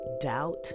doubt